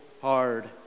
hard